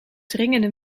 dringende